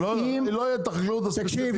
לא תהיה את החקלאות הספציפית.